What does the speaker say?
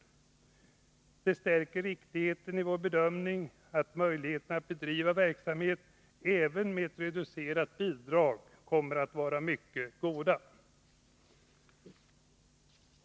Det stärker riktigheten i vår bedömning att möjligheterna att bedriva verksamheten även med ett reducerat bidrag kommer att vara mycket goda.